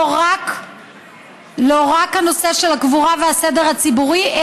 לא רק הנושא של הקבורה והסדר הציבורי,